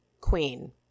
Queen